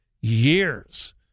years